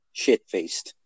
shit-faced